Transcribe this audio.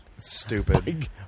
Stupid